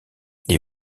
les